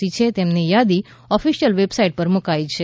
C છે તેમની થાદી ઓફિશ્યલ વેબસાઈટ પર મુકાઈ છે